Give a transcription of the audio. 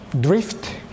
drift